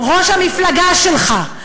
ראש המפלגה שלך,